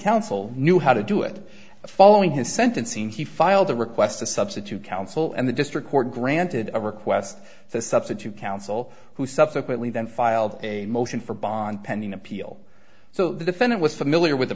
counsel knew how to do it following his sentencing he filed a request to substitute counsel and the district court granted a request to substitute counsel who subsequently then filed a motion for bond pending appeal so the defendant was familiar with the